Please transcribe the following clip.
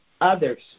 others